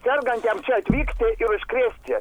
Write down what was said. sergantiem atvykti ir užkrėsti